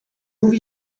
movie